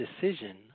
decision